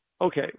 okay